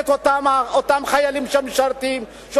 אותם חיילים שמשרתים לא מעניינים אותה,